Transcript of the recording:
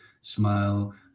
smile